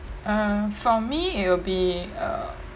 uh for me it will be err